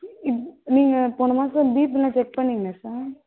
இப் நீங்கள் போன மாதம் பிபியெலாம் செக் பண்ணீங்களா சார்